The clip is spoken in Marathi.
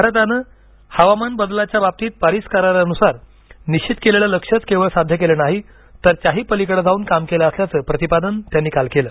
भारतानं हवामान बदलाच्या बाबतीत पॅरीस करारानुसार निश्चित केलेलं लक्ष्यच केवळ साध्य केलं नाही तर त्याही पलिकडं जाऊन काम केलं असल्याचं प्रतिपादन त्यांनी काल केलं